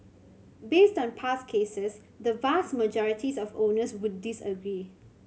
based on past cases the vast majorities of owners would disagree